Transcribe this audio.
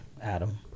adam